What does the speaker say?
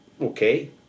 Okay